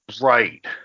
Right